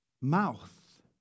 mouth